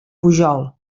pujol